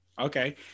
okay